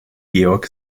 georg